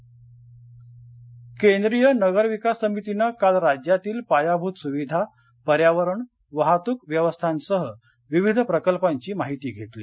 केंद्रीय समिती केंद्रीय नगरविकास समितीनं काल राज्यातील पायाभूत सुविधा पर्यावरण वाहतुक व्यवस्थांसह विविध प्रकल्पांची माहिती घेतली